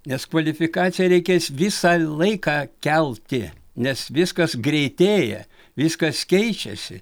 nes kvalifikaciją reikės visą laiką kelti nes viskas greitėja viskas keičiasi